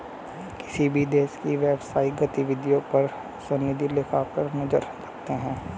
किसी भी देश की व्यवसायिक गतिविधियों पर सनदी लेखाकार नजर रखते हैं